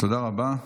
תודה רבה.